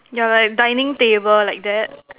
yeah like dining table like that